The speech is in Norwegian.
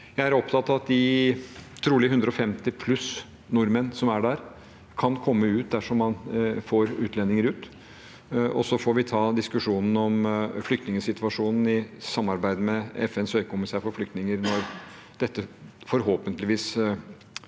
Jeg er opptatt av at de trolig 150 pluss nordmenn som er der, kan komme ut dersom man får utlendinger ut. Så får vi ta diskusjonen om flyktningsituasjonen i samarbeid med FNs høykommissær for flyktninger når dette forhåpentligvis